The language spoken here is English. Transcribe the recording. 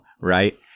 right